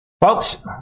Folks